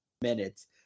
minutes